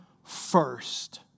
first